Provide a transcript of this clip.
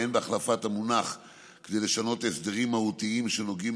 ואין בהחלפת המונח כדי לשנות הסדרים מהותיים שנוגעים